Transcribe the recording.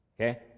Okay